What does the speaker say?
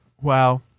Wow